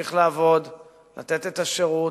להמשיך לעבוד ולתת את השירות.